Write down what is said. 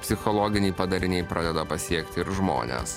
psichologiniai padariniai pradeda pasiekti ir žmones